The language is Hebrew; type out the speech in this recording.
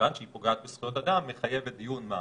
מכיוון שהיא פוגעת בזכויות אדם מחייבת דיון מעמיק.